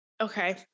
Okay